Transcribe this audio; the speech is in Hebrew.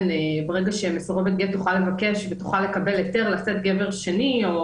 ברגע שמסורבת גט תוכל לבקש ותוכל לקבל היתר לשאת גבר שני או